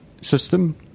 system